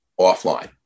offline